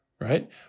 right